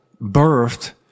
birthed